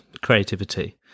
creativity